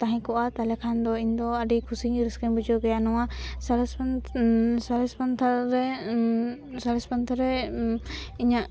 ᱛᱟᱦᱮᱸ ᱠᱚᱜᱼᱟ ᱛᱟᱦᱚᱞᱮ ᱠᱷᱟᱱ ᱫᱚ ᱤᱧᱫᱚ ᱟᱹᱰᱤ ᱠᱩᱥᱤ ᱨᱟᱹᱥᱠᱟᱹᱧ ᱵᱩᱡᱷᱟᱹᱣ ᱜᱮᱭᱟ ᱱᱚᱣᱟ ᱥᱟᱬᱮᱥ ᱠᱷᱚᱱ ᱥᱚᱨᱮᱥ ᱯᱟᱱᱛᱷᱟ ᱨᱮ ᱥᱟᱬᱮᱥ ᱯᱟᱱᱛᱷᱟ ᱨᱮ ᱤᱧᱟᱹᱜ